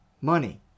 money